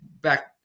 back